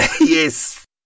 Yes